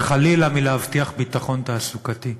וחלילה מלהבטיח ביטחון תעסוקתי,